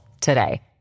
today